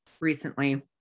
recently